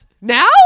now